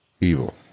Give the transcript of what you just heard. evil